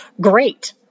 great